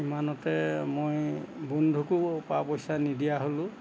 ইমানতে মই বন্ধুকো পা পইচা নিদিয়া হ'লোঁ